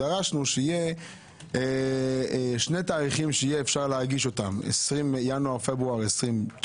כי אנחנו דרשנו שיהיו שני תאריכים שאפשר להגיש אותם: ינואר-פברואר 2019